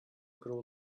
grow